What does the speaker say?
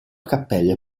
cappelle